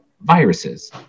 viruses